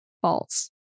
false